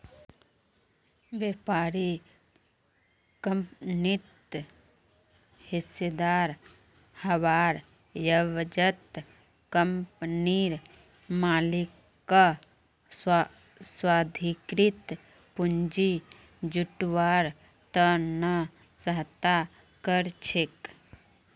व्यापारी कंपनित हिस्सेदार हबार एवजत कंपनीर मालिकक स्वाधिकृत पूंजी जुटव्वार त न सहायता कर छेक